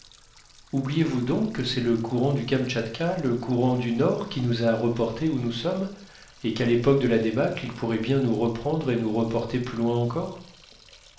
oubliez-vous donc que c'est le courant du kamtchatka le courant du nord qui nous a reportés où nous sommes et qu'à l'époque de la débâcle il pourrait bien nous reprendre et nous reporter plus loin encore